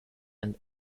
and